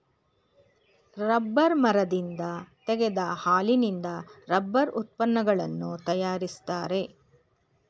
rubber ಮರದಿಂದ ತೆಗೆದ ಹಾಲಿನಿಂದ ರಬ್ಬರ್ ಉತ್ಪನ್ನಗಳನ್ನು ತರಯಾರಿಸ್ತರೆ